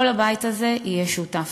כל הבית הזה יהיה שותף.